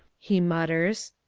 he mutters,